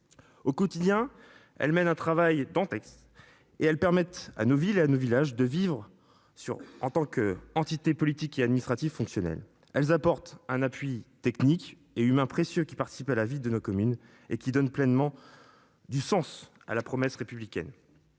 Au quotidien elle mènent un travail et en texte et elles permettent à nos villes à nos villages de vivre sur en tant que entité politique et administrative fonctionnelles elles apportent un appui technique et humain précieux qui participent à la vie de nos communes et qui donne pleinement. Du sens à la promesse républicaine.